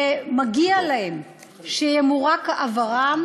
ומגיע להם שימורק עברם,